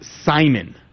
Simon